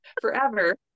forever